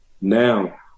Now